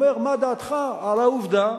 אומר מה דעתך על העובדה